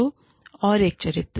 तो और एक चरित्र